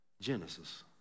Genesis